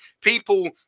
People